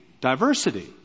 diversity